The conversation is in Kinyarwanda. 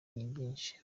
vyinshi